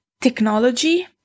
technology